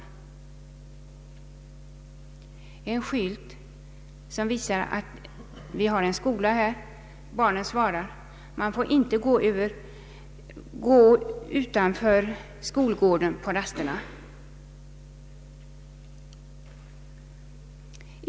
Om en skylt som visar en skola svarar barnen: Man får inte gå utanför skolgården på rasterna.